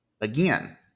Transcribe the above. again